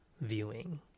viewing